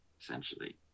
essentially